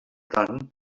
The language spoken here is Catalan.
tant